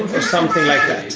or something like that.